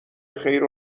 خیر